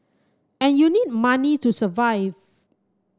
and you need money to survive